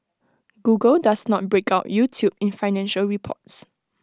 Google does not break out YouTube in financial reports